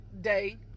day